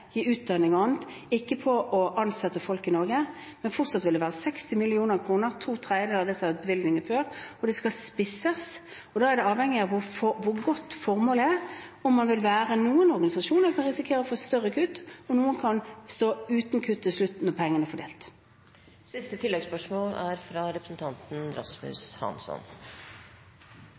gi utdanning og annet, ikke på å ansette folk i Norge. Men fortsatt vil det være 60 mill. kr – to tredjedeler av det som har vært bevilgningene før – og det skal spisses. Da er det avhengig av hvor godt formålet er. Noen organisasjoner kan risikere å få større kutt, og noen kan stå uten kutt til slutt når pengene er fordelt. Rasmus Hansson – til siste